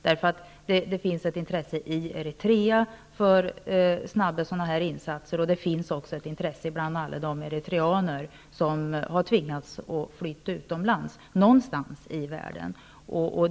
Det finns ett intresse i Eritrea för snabba insatser, och det finns även ett intresse bland alla de eritreaner som har tvingats fly utomlands till någon plats i världen.